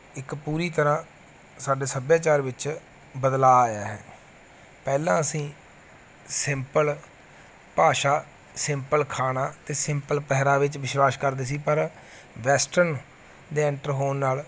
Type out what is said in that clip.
ਇੱਕ ਪੂਰੀ ਤਰ੍ਹਾਂ ਸਾਡੇ ਸੱਭਿਆਚਾਰ ਵਿੱਚ ਬਦਲਾਅ ਆਇਆ ਹੈ ਪਹਿਲਾਂ ਅਸੀਂ ਸਿੰਪਲ ਭਾਸ਼ਾ ਸਿੰਪਲ ਖਾਣਾ ਅਤੇ ਸਿੰਪਲ ਪਹਿਰਾਵੇ 'ਚ ਵਿਸ਼ਵਾਸ ਕਰਦੇ ਸੀ ਪਰ ਵੈਸਟਰਨ ਦੇ ਐਂਟਰ ਹੋਣ ਨਾਲ